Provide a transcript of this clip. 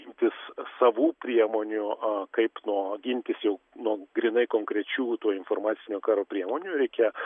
imtis savų priemonių a kaip nuo gintis jau nuo grynai konkrečių to informacinio karo priemonių reikia